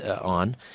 on